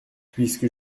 puisque